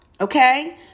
Okay